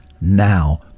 now